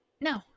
No